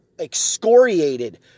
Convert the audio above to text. excoriated